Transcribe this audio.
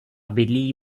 bydlí